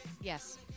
Yes